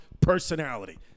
personality